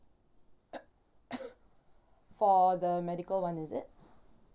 for the medical one is it